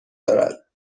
دارد